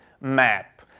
map